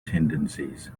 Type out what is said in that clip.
tendencies